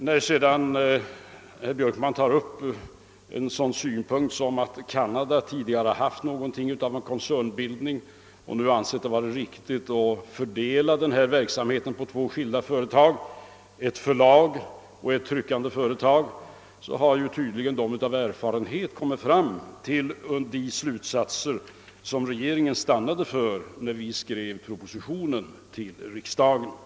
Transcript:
Herr Björkman talade om att Canada tidigare haft någon sorts koncernbild ning men nu anser det riktigt att fördela verksamheten på två skilda företag, ett förlag och ett tryckande företag. Canada har tydligen kommit fram till de slutsatser som regeringen stannade för när propositionen till riksdagen skrevs.